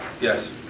Yes